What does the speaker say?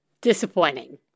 disappointing